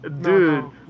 Dude